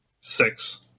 six